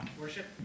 Worship